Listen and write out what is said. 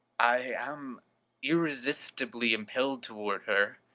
i am irresistibly impelled toward her.